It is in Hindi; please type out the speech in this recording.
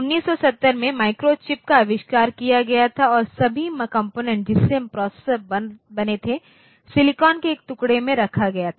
1970 में माइक्रोचिप का आविष्कार किया गया था और सभी कॉम्पोनेन्ट जिससे प्रोसेसर बने थे सिलिकॉन के एक टुकड़े पर रखा गया था